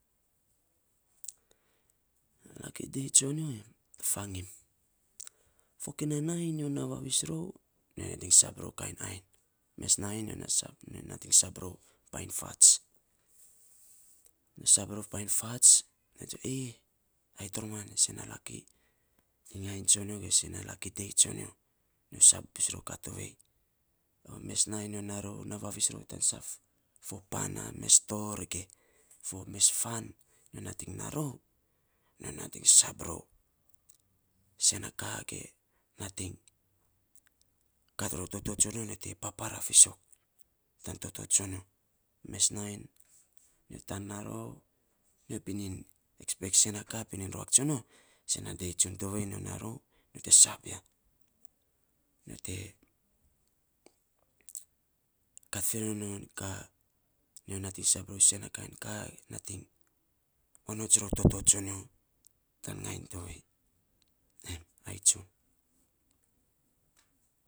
Laki dei tsonyo fagim fokinai nainy nyo naa vavis rou, nyo nating sab rou kain ainy, mes nainy nyo nating sab rou painy fats, nyo sab rou painy fats, nyo tsue, ee, ai toroman sen na laki ingainy tsonyo ge laki dei tsonyo. Nyo sab bus rou kaa tovei, mes nainy nyo naa vavis rou tan saf fo pan na mes torr ge mes fan. Nyo nating na rou, nyo nating sab rou sen na kaa ge nating kat ror toto tsonyo nyo te papara fiisok, tan toto tsonyo. Mes nainy nyo taan na rou nyo pinin expect sena ka pinin ruak tsonyo, sen a dei tsun tovei, nyo naa rou, nyo te sab ya. Nyo te kat faarei non ka nyo nating sab rou sena kainy ka nating onots rou toto rou tsonyo tan nainy tovei em ai tsun.